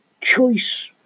choice